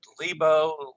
Lebo